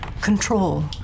control